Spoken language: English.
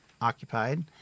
occupied